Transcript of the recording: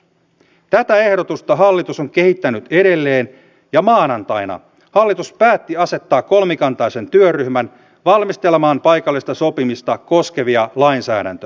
tätä ehdotusta hallitus on kehittänyt edelleen ja maanantaina hallitus päätti asettaa kolmikantaisen työryhmän valmistelemaan paikallista sopimista koskevia lainsäädäntömuutoksia